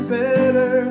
better